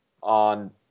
on